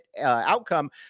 outcome